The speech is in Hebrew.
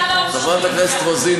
חברת הכנסת רוזין,